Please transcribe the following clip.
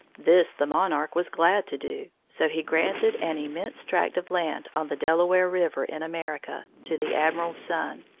this the monarch was glad to do, so he granted an immense tract of land on the delaware river, in america, to the admiral's son.